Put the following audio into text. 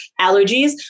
allergies